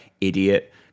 idiot